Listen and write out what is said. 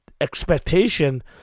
expectation